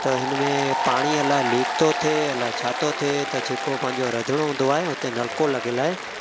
त हिन में पाणी अलाए लीक थिए अलाए छा थो थिए त जेको पंहिंजो रंधिणो हूंदो आहे उते नलिको लॻियलु आहे